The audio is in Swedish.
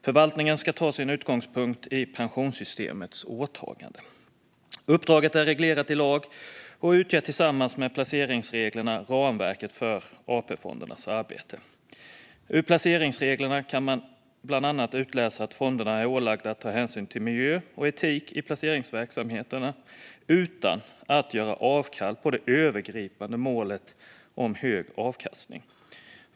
Förvaltningen ska ta sin utgångspunkt i pensionssystemets åtagande. Uppdraget är reglerat i lag och utgör tillsammans med placeringsreglerna ramverket för AP-fondernas arbete. Ur placeringsreglerna kan man bland annat utläsa att fonderna är ålagda att ta hänsyn till miljö och etik i placeringsverksamheten utan att göra avkall på det övergripande målet om hög avkastning.